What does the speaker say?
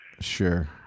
Sure